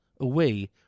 away